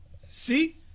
See